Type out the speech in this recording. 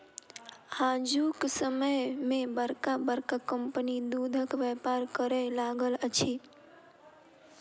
आजुक समय मे बड़का बड़का कम्पनी दूधक व्यापार करय लागल अछि